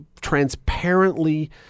transparently